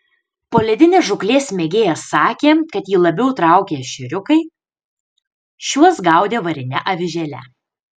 poledinės žūklės mėgėjas sakė kad jį labiau traukia ešeriukai šiuos gaudė varine avižėle